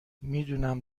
میدونم